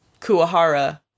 Kuahara